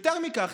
ויותר מכך,